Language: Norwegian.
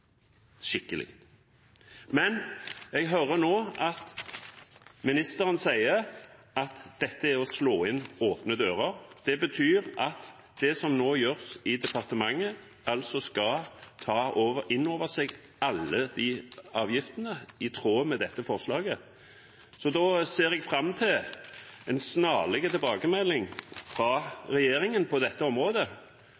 skikkelig. Men jeg hører nå at statsråden sier at dette er å slå inn åpne dører. Det betyr at det som nå gjøres i departementet, skal ta inn alle avgiftene i tråd med dette forslaget. Da ser jeg fram til en snarlig tilbakemelding fra